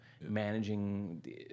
managing